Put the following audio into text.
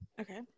Okay